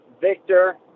victor